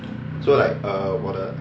so like err 我的